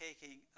taking